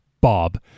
Bob